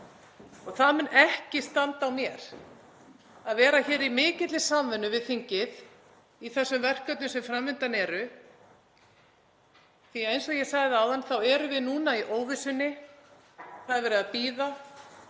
Það mun ekki standa á mér að vera í mikilli samvinnu við þingið í þessum verkefnum sem fram undan eru. Eins og ég sagði áðan erum við núna í óvissunni. Það er verið að bíða.